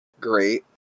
great